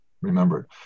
remembered